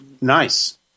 Nice